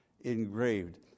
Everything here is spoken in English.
Engraved